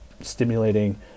stimulating